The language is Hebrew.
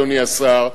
אדוני השר,